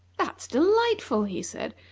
that's delightful! he said,